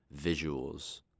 visuals